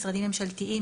משרדים ממשלתיים,